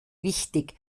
wichtig